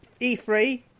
E3